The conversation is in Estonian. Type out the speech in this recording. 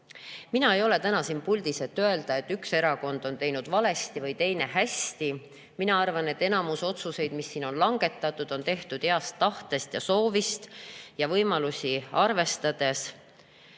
ei ole täna siin puldis, et öelda, et üks erakond on teinud valesti või teine [õigesti]. Mina arvan, et enamik otsuseid, mis siin on langetatud, on tehtud heast tahtest ja soovist ja võimalusi arvestades,